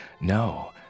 no